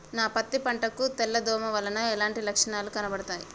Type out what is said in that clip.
నా పత్తి పంట కు తెల్ల దోమ వలన ఎలాంటి లక్షణాలు కనబడుతాయి?